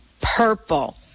purple